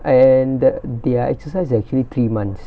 and that their exercise actually three months